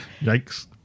yikes